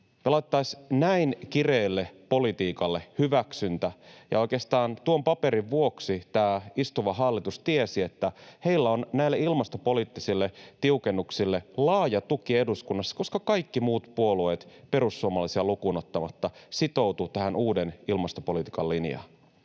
pelattaisiin näin kireälle politiikalle hyväksyntä. Ja oikeastaan tuon paperin vuoksi tämä istuva hallitus tiesi, että heillä on näille ilmastopoliittisille tiukennuksille laaja tuki eduskunnassa, koska kaikki muut puolueet perussuomalaisia lukuun ottamatta sitoutuivat tähän uuden ilmastopolitiikan linjaan.